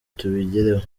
tubigereho